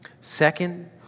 Second